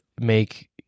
make